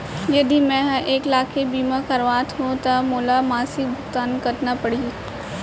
यदि मैं ह एक लाख के बीमा करवात हो त मोला मासिक भुगतान कतना पड़ही?